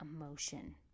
emotion